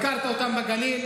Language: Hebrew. הפקרת אותם בגליל,